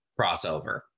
crossover